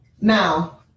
Now